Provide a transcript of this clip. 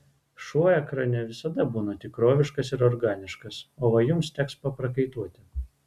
šuo ekrane visada būna tikroviškas ir organiškas o va jums teks paprakaituoti